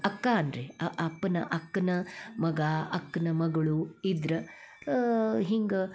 ಅಕ್ಕ ಅನ್ನಿರಿ ಅಪ್ಪನ ಅಕ್ಕನ ಮಗ ಅಕ್ಕನ ಮಗಳು ಇದ್ರೆ ಹಿಂಗೆ